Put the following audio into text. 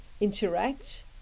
interact